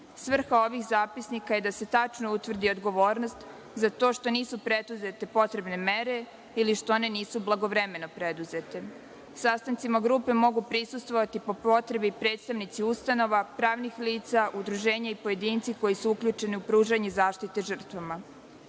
Svrha ovih zapisnika je da se tačno utvrdi odgovornost za to što nisu preduzete potrebne mere ili što one nisu blagovremeno preduzete. Sastancima grupa mogu prisustvovati, po potrebi, predstavnici ustanova pravnih lica, udruženja, pojedinci koji su uključeni u pružanje zaštite žrtvama.